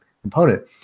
component